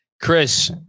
Chris